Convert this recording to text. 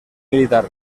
militar